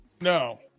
no